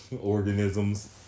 organisms